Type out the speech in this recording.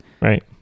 Right